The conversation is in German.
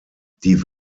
die